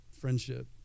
friendship